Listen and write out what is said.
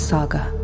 Saga